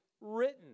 written